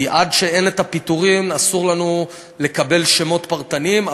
כי עד שאין פיטורים אסור לנו לקבל שמות פרטניים,